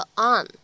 on 。